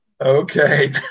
okay